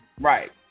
right